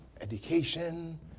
education